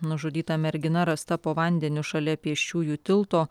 nužudyta mergina rasta po vandeniu šalia pėsčiųjų tilto